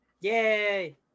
Yay